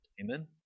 Amen